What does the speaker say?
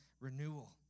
renewal